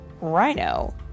Rhino